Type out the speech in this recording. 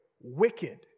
wicked